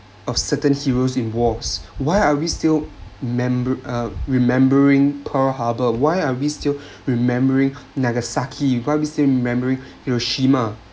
of certain heroes involves why are we still ~member uh remembering pearl harbor why are we still remembering nagasaki why are we still remembering hiroshima